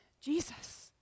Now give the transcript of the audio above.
Jesus